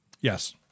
Yes